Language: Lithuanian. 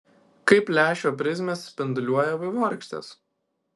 kaip lęšio prizmės spinduliuoja vaivorykštes